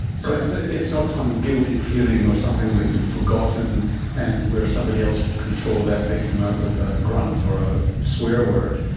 so it's it's not some guilty feeling or something that you've forgotten and where somebody else could control that they come out with a grunt or a swear word,